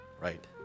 Right